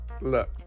Look